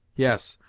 yes,